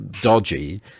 dodgy